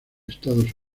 estados